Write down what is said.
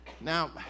Now